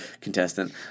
contestant